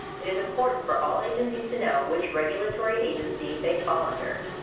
it is important for all agencies to know which regulatory agency they fall under.